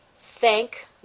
thank